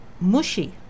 mushy